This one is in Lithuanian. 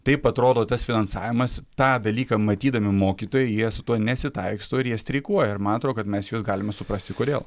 taip atrodo tas finansavimas tą dalyką matydami mokytojai jie su tuo nesitaiksto ir jie streikuoja ir man atrodo kad mes juos galime suprasti kodėl